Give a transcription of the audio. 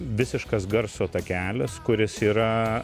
visiškas garso takelis kuris yra